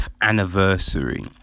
anniversary